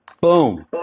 Boom